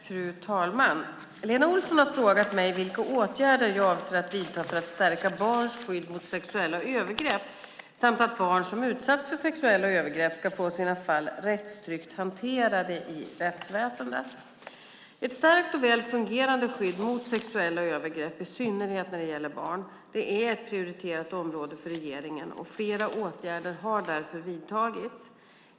Fru talman! Lena Olsson har frågat mig vilka åtgärder jag avser att vidta för att stärka barns skydd mot sexuella övergrepp samt för att barn som utsatts för sexuella övergrepp ska få sina fall rättstryggt hanterade av rättsväsendet. Ett starkt och väl fungerande skydd mot sexuella övergrepp, i synnerhet när det gäller barn, är ett prioriterat område för regeringen, och flera åtgärder har därför vidtagits.